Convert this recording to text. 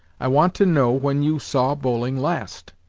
i want to know when you saw bowling last